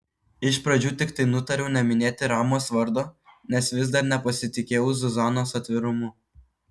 iš pradžių tiktai nutariau neminėti ramos vardo nes vis dar nepasitikėjau zuzanos atvirumu